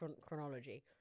chronology